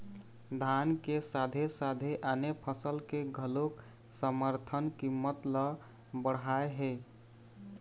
धान के साथे साथे आने फसल के घलोक समरथन कीमत ल बड़हाए हे